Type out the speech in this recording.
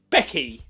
Becky